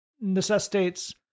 necessitates